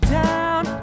down